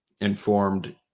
informed